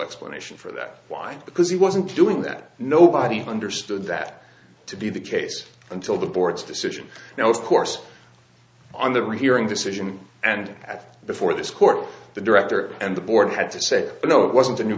explanation for that why because he wasn't doing that nobody understood that to be the case until the board's decision now it's course on the rehearing decision and i think before this court the director and the board had to say no it wasn't a new